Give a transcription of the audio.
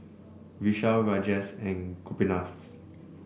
Vishal Rajesh and Gopinath